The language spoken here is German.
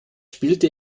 spielte